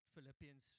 Philippians